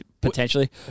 potentially